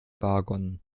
wagon